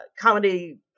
comedy